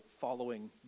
following